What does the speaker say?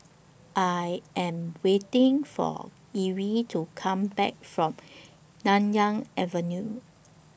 I Am waiting For Erie to Come Back from Nanyang Avenue